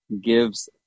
gives